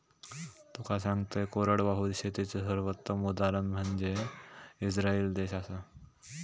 तुका सांगतंय, कोरडवाहू शेतीचे सर्वोत्तम उदाहरण म्हनजे इस्राईल देश आसा